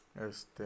este